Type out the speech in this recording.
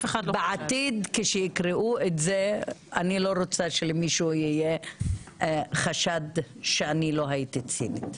בעתיד כשיקראו את זה אני לא רוצה שלמישהו יהיה חשד שאני לא הייתי צינית.